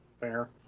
Fair